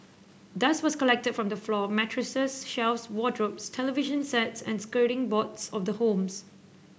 dust was collected from the floor mattresses shelves wardrobes television sets and skirting boards of the homes